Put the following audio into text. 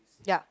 ya